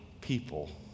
people